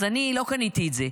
אז אני לא קניתי את זה.